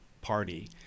party